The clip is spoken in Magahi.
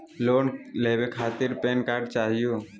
लोन लेवे खातीर पेन कार्ड चाहियो?